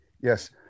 Yes